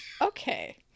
Okay